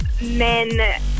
men